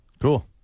Cool